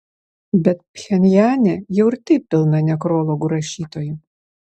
bet pchenjane jau ir taip pilna nekrologų rašytojų